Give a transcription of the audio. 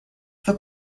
for